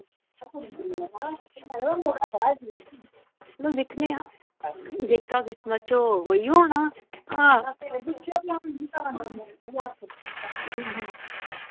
चलो दिक्खने आं जेह्का किस्मत च होग उ'ऐ होना हां